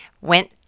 went